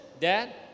Dad